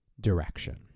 direction